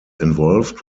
involved